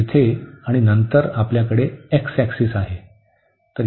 येथे आणि नंतर आपल्याकडे x ऍक्सिस आहे